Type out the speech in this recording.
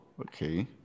okay